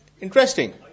interesting